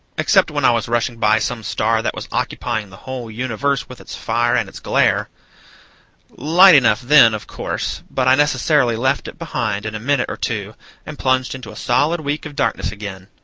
except when i was rushing by some star that was occupying the whole universe with its fire and its glare light enough then, of course, but i necessarily left it behind in a minute or two and plunged into a solid week of darkness again.